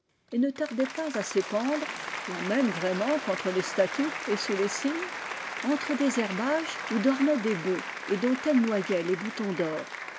et ne tardait pas à s'épandre la même vraiment qu'entre les statues et sous les cygnes entre des herbages où dormaient des bœufs et dont elle noyait les boutons d'or